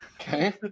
Okay